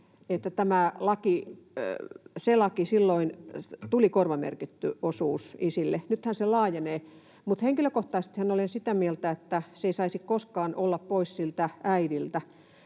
silloin tuli korvamerkitty osuus isille — nythän se laajenee. Mutta henkilökohtaisestihan olen sitä mieltä, että se ei saisi koskaan olla pois siltä